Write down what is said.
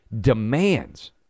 demands